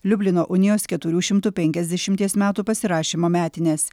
liublino unijos keturių šimtų penkiasdešimties metų pasirašymo metines